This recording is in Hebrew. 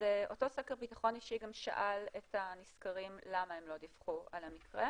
אז אותו סקר ביטחון אישי גם שאל את הנסקרים למה הם לא דיווחו על המקרה,